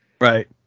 Right